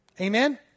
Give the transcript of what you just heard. Amen